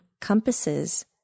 compasses